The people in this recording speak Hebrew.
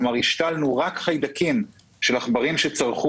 כלומר השתלנו רק חיידקים של עכברים שצרכו